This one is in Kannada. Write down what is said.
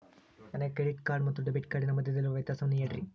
ನನಗೆ ಕ್ರೆಡಿಟ್ ಕಾರ್ಡ್ ಮತ್ತು ಡೆಬಿಟ್ ಕಾರ್ಡಿನ ಮಧ್ಯದಲ್ಲಿರುವ ವ್ಯತ್ಯಾಸವನ್ನು ಹೇಳ್ರಿ?